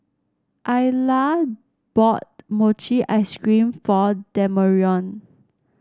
Ayla bought Mochi Ice Cream for Demarion